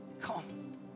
come